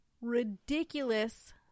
ridiculous